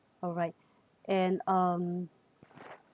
alright and um